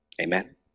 Amen